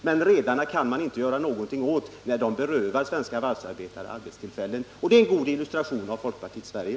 Men redarna kan man inte göra någonting åt när de berövar svenska varvsarbetare arbetstillfällen. Det är en god illustration av folkpartiets Sverige.